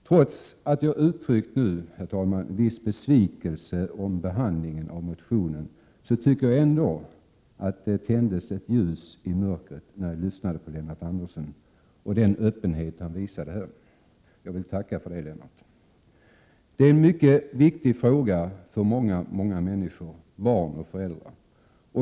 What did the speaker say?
Trots att jag uttryckte, herr talman, en viss besvikelse över behandlingen av motionen, tycker jag ändå att det tändes ett ljus i mörkret i och med Lennart Anderssons tal och den öppenhet han visade här. Jag vill tacka Lennart Andersson för det. Detta är en mycket viktig fråga för väldigt många människor — barn och föräldrar.